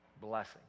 blessing